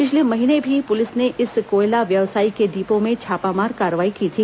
पिछले महीने भी पुलिस ने इस कोयला व्यवसायी के डिपो में छापामार कार्रवाई की थी